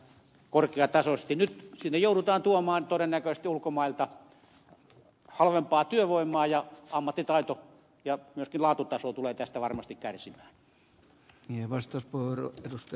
nyt sinne joudutaan tuomaan todennäköisesti ulkomailta halvempaa työvoimaa ja ammattitaito ja myöskin laatutaso tulee tästä varmasti kärsimään